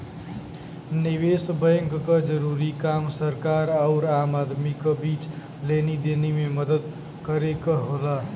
निवेस बैंक क जरूरी काम सरकार आउर आम आदमी क बीच लेनी देनी में मदद करे क होला